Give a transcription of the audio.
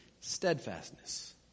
steadfastness